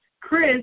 Chris